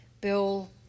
Bill